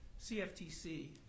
CFTC